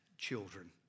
Children